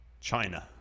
China